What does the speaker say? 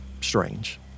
strange